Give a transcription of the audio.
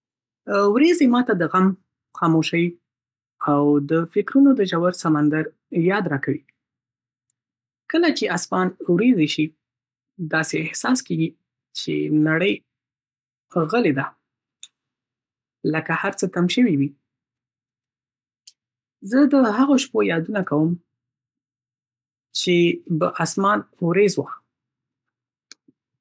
وريځې ما ته د غم، خاموشۍ، او د فکرونو د ژور سمندر یاد راکوي. کله چې آسمان وريځي شي، داسې احساس کېږي چې نړۍ غلې ه ده، لکه هر څه تم شوي وي. زه د هغو شپو یادونه کوم چې به آسمان وریځ و.